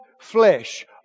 flesh